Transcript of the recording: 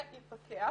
יפקח,